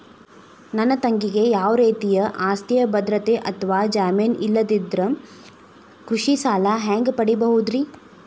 ನನ್ನ ತಂಗಿಗೆ ಯಾವ ರೇತಿಯ ಆಸ್ತಿಯ ಭದ್ರತೆ ಅಥವಾ ಜಾಮೇನ್ ಇಲ್ಲದಿದ್ದರ ಕೃಷಿ ಸಾಲಾ ಹ್ಯಾಂಗ್ ಪಡಿಬಹುದ್ರಿ?